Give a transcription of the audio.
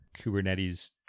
Kubernetes